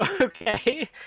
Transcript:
Okay